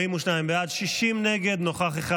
42 בעד, 60 נגד, נוכח אחד.